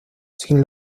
sin